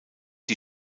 die